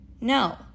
no